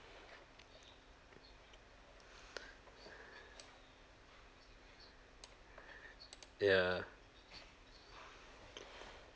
ya